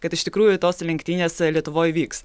kad iš tikrųjų tos lenktynės lietuvoj vyks